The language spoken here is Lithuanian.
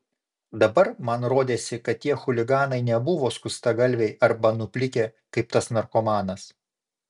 dabar man rodėsi kad tie chuliganai nebuvo skustagalviai arba nuplikę kaip tas narkomanas